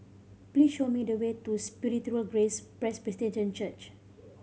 please show me the way to Spiritual Grace Presbyterian Church